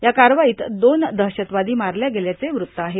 या कारवाईत दोन दहशतवादी मारले गेल्याचं वृत्त आहे